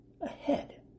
ahead